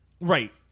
Right